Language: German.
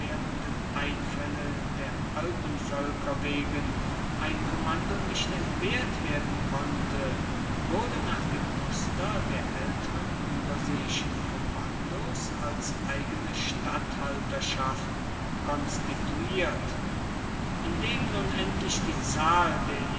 einfälle der alpenvölker wegen ein kommando nicht entbehrt werden konnte wurde nach dem muster der älteren überseeischen kommandos als eigene statthalterschaft konstituiert indem nun endlich die zahl der